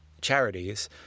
charities